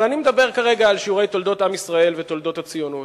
אבל אני מדבר כרגע על שיעורי תולדות עם ישראל ותולדות הציונות.